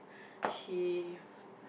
she